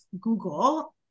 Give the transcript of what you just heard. Google